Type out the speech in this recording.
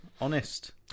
Honest